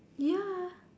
ya